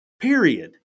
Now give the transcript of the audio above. period